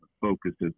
focuses